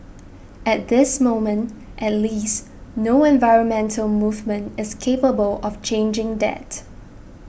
at this moment at least no environmental movement is capable of changing that